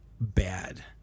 bad